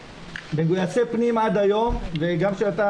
--- מגויסי פנים עד היום וגם כשאתה,